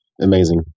Amazing